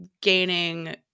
gaining